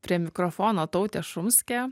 prie mikrofono tautė šumskė